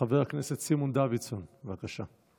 חבר הכנסת סימון דוידסון, בבקשה.